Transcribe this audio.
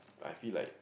I feel like